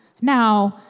Now